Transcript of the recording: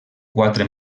quatre